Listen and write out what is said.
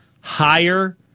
higher